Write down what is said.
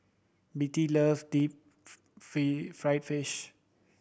Betty loves deep fried fish